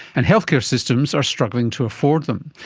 and healthcare systems are struggling to afford them.